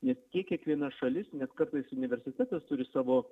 nes tiek kiekviena šalis net kartais universitetas turi savo